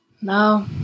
No